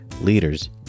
leaders